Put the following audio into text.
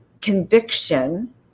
conviction